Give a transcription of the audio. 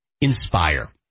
Inspire